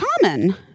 common